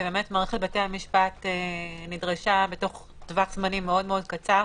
מערכת בתי המשפט נדרשה בתוך טווח זמנים מאוד מאוד קצר